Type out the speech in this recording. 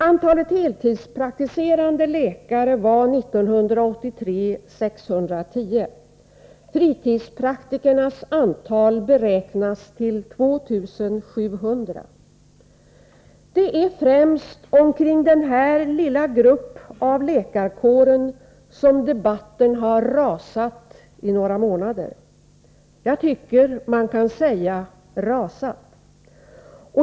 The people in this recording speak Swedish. Antalet heltidspraktiserande läkare 1983 var 610. Fritidspraktikernas antal beräknas till 2 700. Det är främst omkring denna lilla grupp inom läkarkåren som debatten har rasat i några månader. Jag tycker att man kan säga rasat.